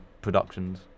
productions